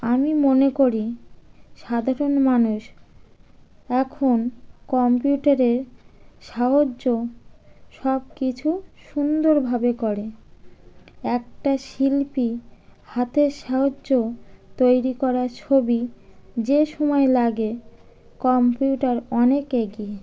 আমি মনে করি সাধারণ মানুষ এখন কম্পিউটারের সাহায্য সব কিছু সুন্দরভাবে করে একটা শিল্পী হাতের সাহায্য তৈরি করা ছবি যে সময় লাগে কম্পিউটার অনেকে এগিয়ে